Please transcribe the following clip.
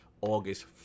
August